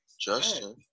Justin